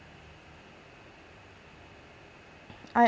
I